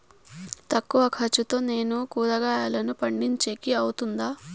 తక్కువ ఖర్చుతో నేను కూరగాయలను పండించేకి అవుతుందా?